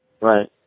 Right